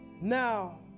now